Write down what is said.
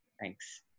Thanks